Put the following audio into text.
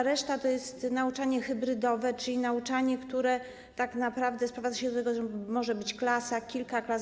Reszta to jest nauczanie hybrydowe, czyli nauczanie, które tak naprawdę sprowadza się do tego, że może być wyłączona klasa lub kilka klas.